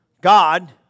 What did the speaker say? God